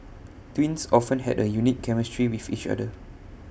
twins often have A unique chemistry with each other